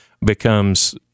becomes